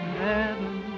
heaven